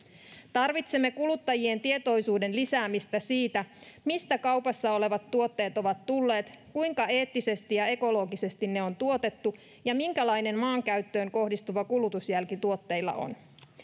tarvitsemme kuluttajien tietoisuuden lisäämistä siitä mistä kaupassa olevat tuotteet ovat tulleet kuinka eettisesti ja ekologisesti ne on tuotettu ja minkälainen maankäyttöön kohdistuva kulutusjälki tuotteilla on